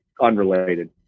unrelated